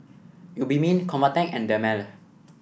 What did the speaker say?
Obimin Convatec and Dermale